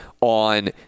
on